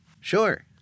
Sure